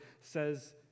says